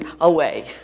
away